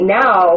now